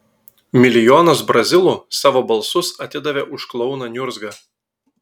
milijonas brazilų savo balsus atidavė už klouną niurzgą